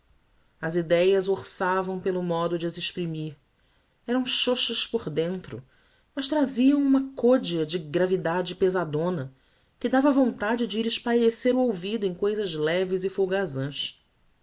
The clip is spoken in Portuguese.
as ideias orçavam pelo modo de as exprimir eram chochas por dentro mas traziam uma codea de gravidade pesadona que dava vontade de ir espairecer o ouvido em cousas leves e folgazãs